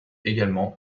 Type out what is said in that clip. également